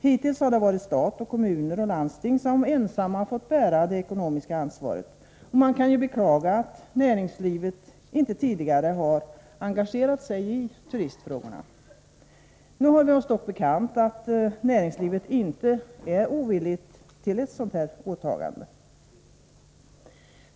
Hittills har det varit stat, kommuner och landsting som ensamma fått bära det ekonomiska ansvaret, och man kan ju beklaga att näringslivet inte tidigare har engagerat sig i turistfrågorna. Nu har vi oss dock bekant att näringslivet inte är ovilligt till ett sådant åtagande.